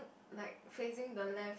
like facing the left